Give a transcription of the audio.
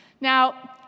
Now